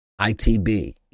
ITB